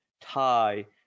Thai